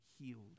healed